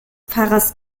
pfarrers